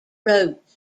roads